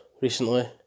recently